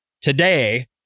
today